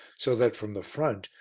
so that, from the front,